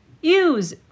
use